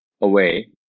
away